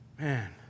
man